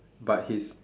but his